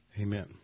amen